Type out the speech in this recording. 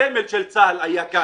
הסמל של צה"ל היה על המדים.